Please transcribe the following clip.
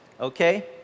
okay